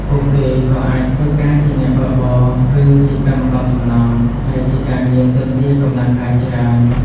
ពួកគេក៏អាចធ្វើការជាអ្នកបើកបរ ឬជាកម្មករសំណង់ ដែលជាការងារទាមទារកម្លាំងកាយច្រើន។